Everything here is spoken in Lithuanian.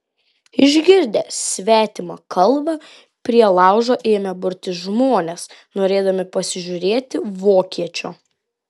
išgirdę svetimą kalbą prie laužo ėmė burtis žmonės norėdami pasižiūrėti vokiečio